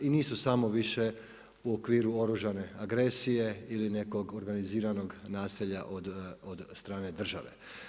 I nisu samo više u okviru oružane agresije ili nekog organiziranog nasilja od strane države.